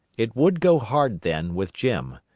it would go hard, then, with jim.